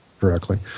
correctly